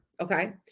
Okay